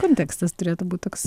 kontekstas turėtų būt toks